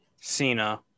Cena